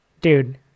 dude